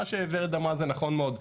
מה שורד אמרה זה נכון מאוד.